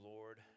Lord